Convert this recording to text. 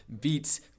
beats